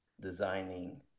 designing